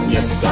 Yes